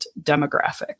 demographic